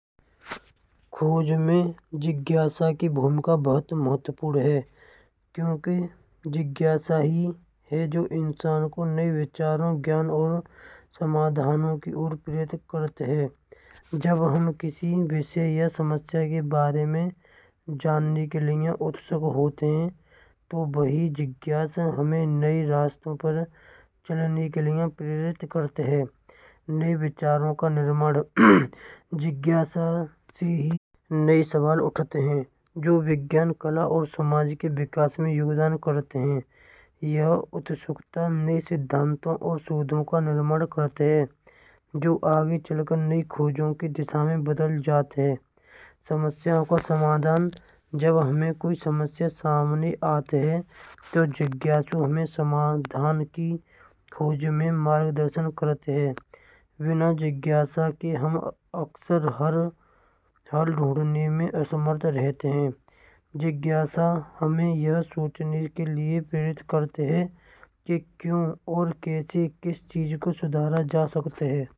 खोज में जिज्ञासा की भूमिका बहुत महत्वपूर्ण है। क्योकि जिज्ञासा ही है जो इंसान को नहीं विचारों ज्ञान और समाधानों की ओर प्रेडिक्ट करते हैं। जब हम किसी विषय यह समस्या के बारे में जानने के लिए उत्सव होते हैं। तो वही जिज्ञासा हमें नई रास्तों पर चलने के लिए विचारों का निर्माण नई सवाल उठाते हैं। जो विज्ञान कला और समाज के विकास में योगदान करते हैं। यह उत्सुकता नहीं सिद्धांतों और सुडोकु का निर्माण करते हैं। जो आगे चलकर नहीं खोजों की दिशा में बदल जाते हैं। समस्याओं को समाधान जब हमें कोई समस्या सामने आते हैं। तो जिज्ञासु हमें समाधान की खोज में मार्गदर्शन करते हैं। विना जिज्ञासा की हम अक्सर हर ऐसा हमें यह सोचने के लिए करते हैं। कि क्यों और कैसे किस चीज को सुधारा जा सकते हैं।